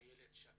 איילת שקד,